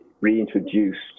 reintroduced